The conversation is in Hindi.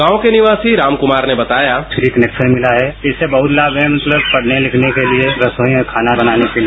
गांव के निवासी रामकमार ने बताया फ्री कनेक्शन मिला है इससे बहुत लाभ है मतलब पढने लिखने के लिए रसोई में खाना बनाने के लिए